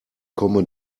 komme